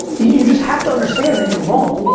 you just have to understand that you're wrong.